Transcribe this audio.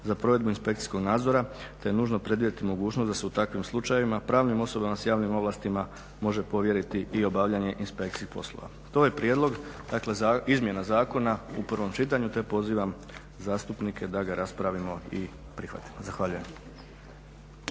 za provedbu inspekcijskog nadzora te je nužno predvidjeti mogućnost da se u takvim slučajevima pravnim osobama s javnim ovlastima može povjeriti i obavljanje inspekcijskih poslova. To je prijedlog, dakle izmjena zakona u prvom čitanju te pozivam zastupnike da ga raspravimo i prihvatimo. Zahvaljujem.